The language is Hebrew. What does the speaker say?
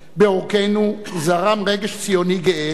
בעורקינו זרם רגש ציוני גאה,